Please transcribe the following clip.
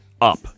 up